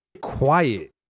quiet